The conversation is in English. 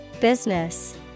business